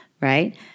right